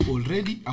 Already